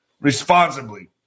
responsibly